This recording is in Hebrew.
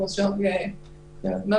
כמו שנהוג לומר,